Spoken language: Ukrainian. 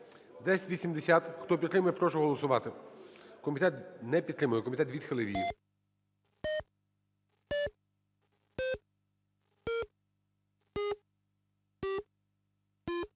1080. Хто підтримує, прошу голосувати. Комітет не підтримує, комітет відхилив її.